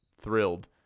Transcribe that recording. thrilled